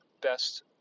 best